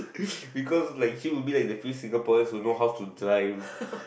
because like she will be like the few Singaporean who know how to drive